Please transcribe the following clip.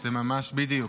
זה ממש ----- בדיוק.